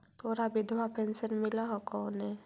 तोहरा विधवा पेन्शन मिलहको ने?